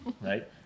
Right